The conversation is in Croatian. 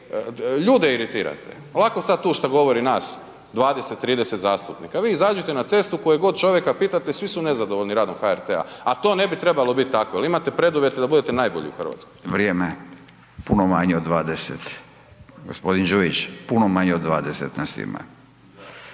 ljude iritirate. Lako sada tu što govori nas 20, 30 zastupnika. Vi izađite na cestu i kojeg god čovjeka pitate svi su nezadovoljni radom HRT-a, a to ne bi trebalo biti tako jer imate preduvjete da budete najbolji u Hrvatskoj. **Radin, Furio (Nezavisni)** Vrijeme. Puno manje od 20. Gospodine Đujić, puno manje od 20 nas ima.